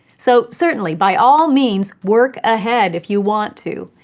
so, certainly, by all means, work ahead if you want to.